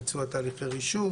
ביצוע תהליכי רישום,